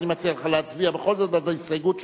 אני מציע לך להצביע בכל זאת בעד ההסתייגות שלך.